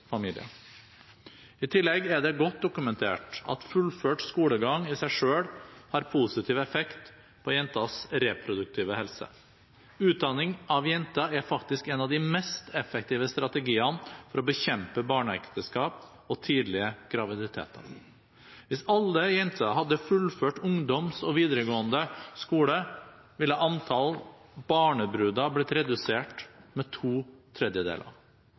I tillegg er det godt dokumentert at fullført skolegang i seg selv har positiv effekt på jenters reproduktive helse. Utdanning av jenter er faktisk en av de mest effektive strategiene for å bekjempe barneekteskap og tidlig graviditet. Hvis alle jenter hadde fullført ungdomsskole og videregående skole, ville antall barnebruder blitt redusert med to tredjedeler.